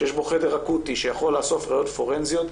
שיש בו חדר אקוטי שיכול לאסוף ראיות פורנזיות,